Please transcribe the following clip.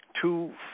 two